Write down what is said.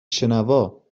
شنوا